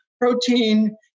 protein